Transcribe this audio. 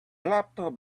laptop